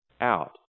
out